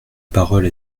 parole